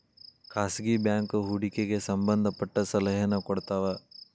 ಖಾಸಗಿ ಬ್ಯಾಂಕ್ ಹೂಡಿಕೆಗೆ ಸಂಬಂಧ ಪಟ್ಟ ಸಲಹೆನ ಕೊಡ್ತವ